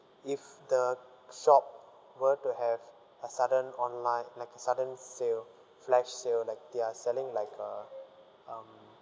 if the shop were to have a sudden online like a sudden sale flash sale like they are selling like uh um